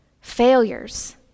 failures